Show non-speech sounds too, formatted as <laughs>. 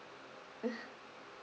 <laughs>